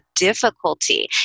difficulty